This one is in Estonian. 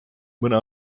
mõne